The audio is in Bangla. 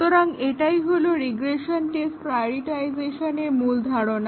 সুতরাং এটাই হলো রিগ্রেশন টেস্ট প্রায়োরিটাইজেশনের মূল ধারণা